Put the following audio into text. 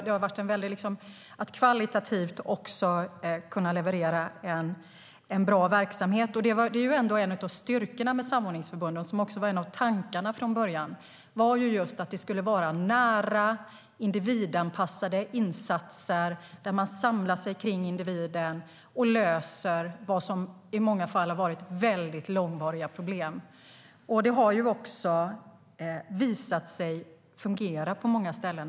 Det gäller också att kvalitativt kunna leverera en bra verksamhet. Det är ändå en av styrkorna med samordningsförbunden, vilket också var en av tankarna från början. Det skulle vara nära, individanpassade insatser där man samlar sig kring individen och löser i många fall väldigt långvariga problem. Samarbetet har också visat sig fungera på många ställen.